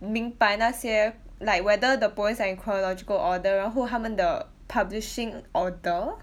明白那些 like whether the poems are in chronological order 然后他们的 publishing order